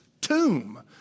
tomb